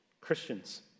Christians